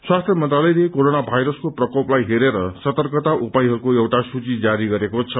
स्वास्थ्य मन्त्रालयले कोरोना भाइरसको प्रकोपलाई हेरेर सतर्कता उपायहरूको एउटा सूची जारी गरेको छ